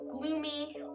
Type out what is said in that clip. gloomy